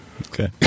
Okay